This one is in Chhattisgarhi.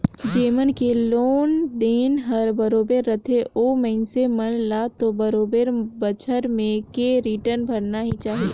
जेमन के लोन देन हर बरोबर रथे ओ मइनसे मन ल तो बरोबर बच्छर में के रिटर्न भरना ही चाही